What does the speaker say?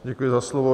Děkuji za slovo.